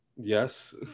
Yes